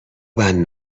بند